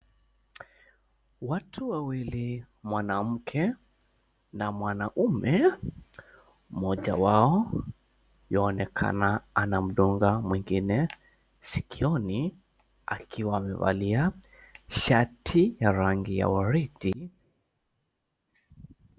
Watu wawili mwanamke na mwanaume mmoja wao uonekana anamdunga mwingine sikioni akiwa amevalia shati ya rangi ya waridi.